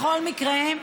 בכל מקרה,